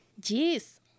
Jeez